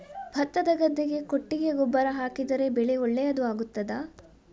ಭತ್ತದ ಗದ್ದೆಗೆ ಕೊಟ್ಟಿಗೆ ಗೊಬ್ಬರ ಹಾಕಿದರೆ ಬೆಳೆ ಒಳ್ಳೆಯದು ಆಗುತ್ತದಾ?